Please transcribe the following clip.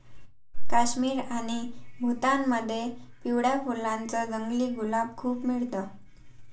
काश्मीर आणि भूतानमध्ये पिवळ्या फुलांच जंगली गुलाब खूप मिळत